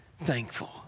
thankful